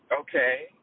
Okay